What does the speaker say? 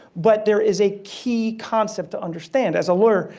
but there is a key concept to understand as a lawyer.